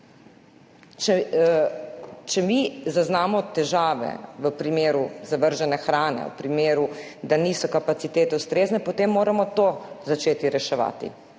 Če mi zaznamo težave v primeru zavržene hrane, v primeru, da niso kapacitete ustrezne, potem moramo to začeti reševati,